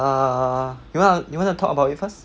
err you want you want to talk about it first